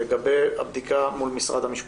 לגבי הבדיקה מול משרד המשפטים.